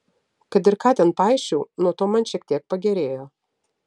kad ir ką ten paisčiau nuo to man šiek tiek pagerėjo